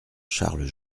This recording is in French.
charles